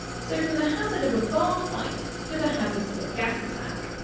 so from the hazard of a bar fight to the hazards of a gas attack.